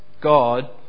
God